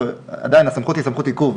עדיין הסמכות היא סמכות עיכוב,